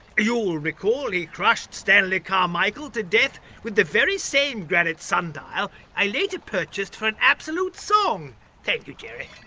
you'll recall he crushed stanley carmichael to death with the very same granite sundial i later purchased for an absolute song thank you, jerry.